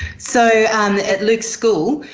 so at luke's school,